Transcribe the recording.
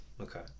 okay